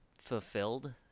fulfilled